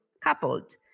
coupled